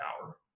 power